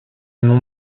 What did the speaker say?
nom